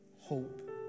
hope